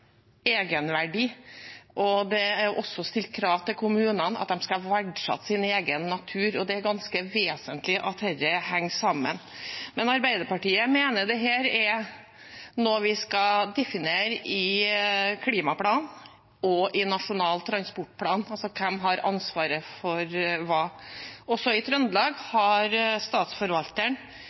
egenverdi. Det er stilt krav til kommunene om at de skal verdsette sin egen natur, og det er ganske vesentlig at dette henger sammen. Men Arbeiderpartiet mener dette er noe vi skal definere i klimaplanen og i Nasjonal transportplan, altså hvem som har ansvaret for hva. I Trøndelag har Statsforvalteren